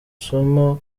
somo